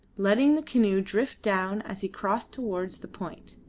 letting the canoe drift down as he crossed towards the point.